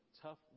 tough